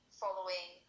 following